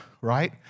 right